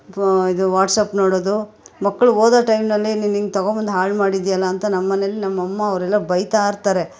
ಇದು ವಾಟ್ಸಾಪ್ ನೋಡೊದು ಮಕ್ಕಳು ಓದೋ ಟೈಮ್ನಲ್ಲಿ ನೀನು ಹಿಂಗ್ ತಗೊಬಂದ್ ಹಾಳು ಮಾಡಿದೆಯಲ್ಲ ಅಂತ ನಮ್ಮಮನೆಲ್ಲಿ ನಮ್ಮಅಮ್ಮ ಅವರೆಲ್ಲ ಬೈತಾ ಇರ್ತಾರೆ